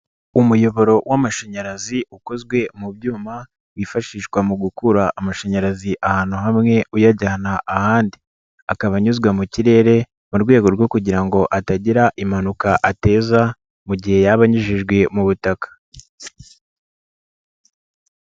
Umuyoboro w'amashanyarazi ukozwe mu byuma wifashishwa mu gukura amashanyarazi ahantu hamwe uyajyana ahandi, akaba anyuzwa mu kirere mu rwego rwo kugira ngo atagira impanuka ateza mu gihe yaba anyujijwe mu butaka.